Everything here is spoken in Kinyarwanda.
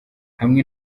hamwe